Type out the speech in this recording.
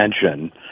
attention